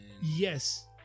yes